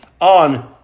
on